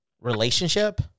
relationship